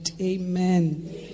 Amen